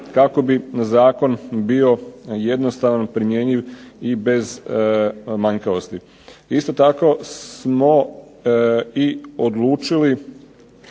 kako bi zakon bio jednostavan, primjenjiv i bez manjkavosti. Isto tako smo i odlučili